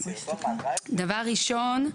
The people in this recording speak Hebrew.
דבר ראשון,